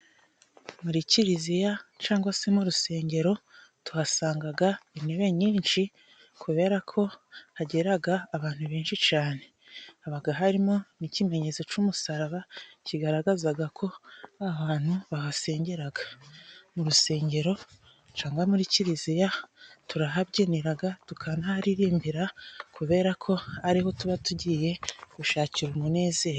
Muri kiliziya cangwa se mu rusengero tuhasangaga intebe nyinshi kubera ko hageraga abantu benshi cane, habaga harimo n'ikimenyetso c'umusaraba, kigaragazaga ko aho hantu bahasengeraga. Mu rusengero cangwa muri kiliziya turahabyiniraga tukanaririmbira kubera ko ariho tuba tugiye gushakira umunezero.